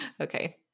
Okay